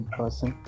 person